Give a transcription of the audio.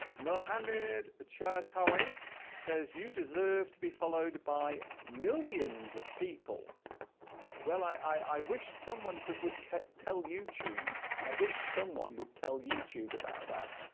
mohammed sure howie says you deserve to be followed by millions of people well i i wish someone could would tell youtube i wish someone would tell youtube about that